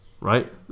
right